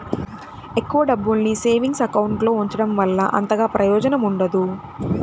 ఎక్కువ డబ్బుల్ని savings account లో ఉంచడం వల్ల అంతగా ప్రయోజనం ఉండదు